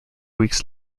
weeks